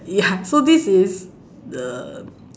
ya so this is the